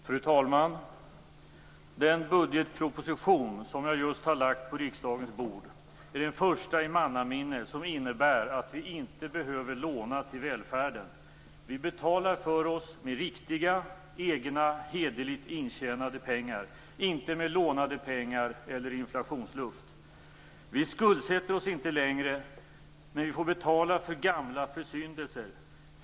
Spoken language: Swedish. Fru talman! Den budgetproposition som jag just har lagt på riksdagens bord är den första i mannaminne som innebär att vi inte behöver låna till välfärden. Vi betalar för oss med riktiga, egna, hederligt intjänade pengar, inte med lånade pengar eller inflationsluft. Vi skuldsätter oss inte längre, men vi får betala för gamla försyndelser.